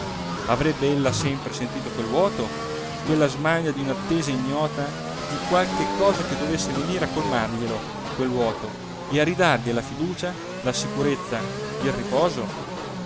avrebbe ella sempre sentito quel vuoto quella smania di un'attesa ignota di qualche cosa che dovesse venire a colmarglielo quel vuoto e a ridarle la fiducia la sicurezza il riposo